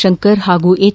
ಶಂಕರ್ ಹಾಗೂ ಎಚ್